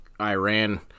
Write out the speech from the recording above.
Iran